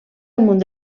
amunt